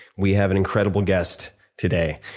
we have an incredible guest today,